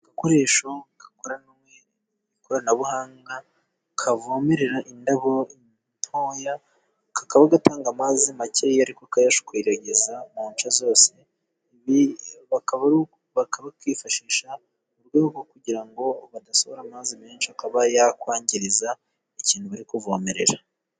Agakoresho gakoranywe ikoranabuhanga, kavomerera indabo ntoya, kakaba gatanga amazi makeya ariko kayashwiragiza mu nshe zose ,bakaba bakifashisha mu rwego rwo kugira ngo badasohora amazi menshi ,akaba yakwangiriza ikintu bari kuvomerera.